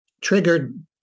triggered